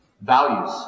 values